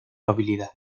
habilidad